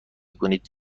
کنید